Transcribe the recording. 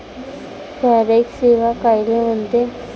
Forex सेवा कायले म्हनते?